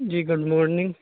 G good morning